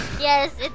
Yes